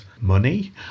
money